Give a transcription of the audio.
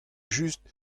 just